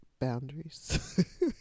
boundaries